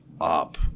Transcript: up